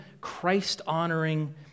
Christ-honoring